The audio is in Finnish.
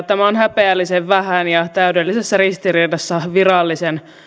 tämä on häpeällisen vähän ja täydellisessä ristiriidassa virallisen